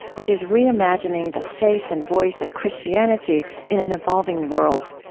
which is reimagining the face and voice of christianity in an evolving world.